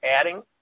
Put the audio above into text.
adding